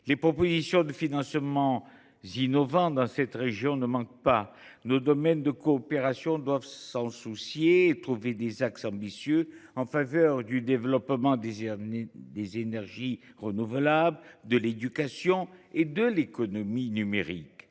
Les propositions de financements innovants dans cette région ne manquent pas. Nos domaines de coopération devront en tenir compte et privilégier des axes ambitieux en faveur du développement des énergies renouvelables, de l’éducation et de l’économie numérique.